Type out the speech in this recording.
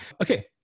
Okay